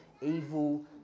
evil